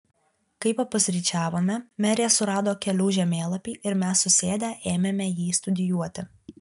kai papusryčiavome merė surado kelių žemėlapį ir mes susėdę ėmėme jį studijuoti